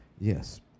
Yes